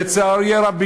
לצערי הרב,